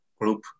group